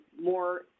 more